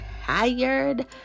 tired